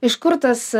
iš kur tas